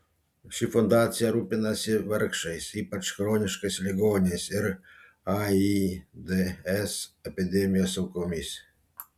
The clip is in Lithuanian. ši fundacija rūpinasi vargšais ypač chroniškais ligoniais ir aids epidemijos aukomis